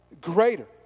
greater